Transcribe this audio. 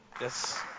Yes